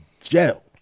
jail